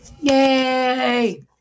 Yay